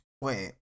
Wait